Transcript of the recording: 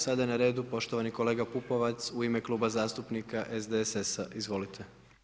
Sada je na redu poštovani kolega Pupovac u ime zastupnika SDSS-a, izvolite.